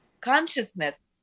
consciousness